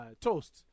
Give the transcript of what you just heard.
Toast